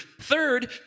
Third